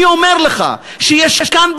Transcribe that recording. אני אומר לך שיש כאן,